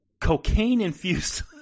cocaine-infused